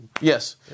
Yes